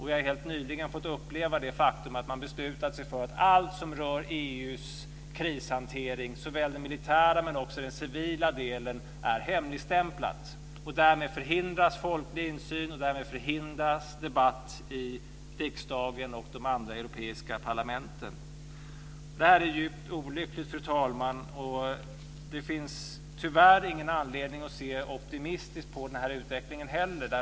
Vi har helt nyligen fått uppleva det faktum att man har beslutat sig för att allt som rör EU:s krishantering - såväl den militära som den civila - är hemligstämplat. Därmed förhindras folklig insyn. Därmed förhindras debatt i riksdagen och de andra europeiska parlamenten. Detta är djupt olyckligt, fru talman. Det finns tyvärr ingen anledning att se optimistiskt på utvecklingen.